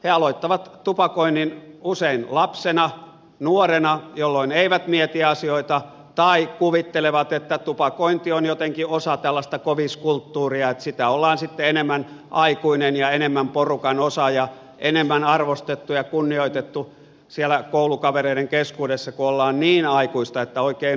he aloittavat tupakoinnin usein lapsena nuorena jolloin eivät mieti asioita tai kuvittelevat että tupakointi on jotenkin osa tällaista koviskulttuuria että sitä ollaan sitten enemmän aikuinen ja enemmän porukan osaaja enemmän arvostettu ja kunnioitettu siellä koulukavereiden keskuudessa kun ollaan niin aikuista että oikein röökataan